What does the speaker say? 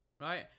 right